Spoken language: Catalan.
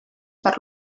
per